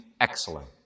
excellent